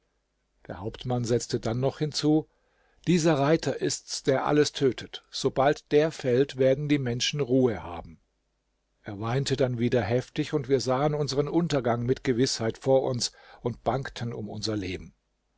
der hauptmann setzte dann noch hinzu dieser reiter ist's der alles tötet sobald der fällt werden die menschen ruhe haben er weinte dann wieder heftig und wir sahen unsern untergang mit gewißheit vor uns und bangten um unser leben